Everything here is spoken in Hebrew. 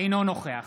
אינו נוכח